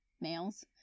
males